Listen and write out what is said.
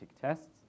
tests